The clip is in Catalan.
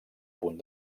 punt